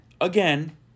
Again